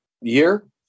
year